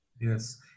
Yes